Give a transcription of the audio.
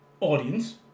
audience